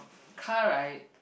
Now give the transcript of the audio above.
car right